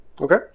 Okay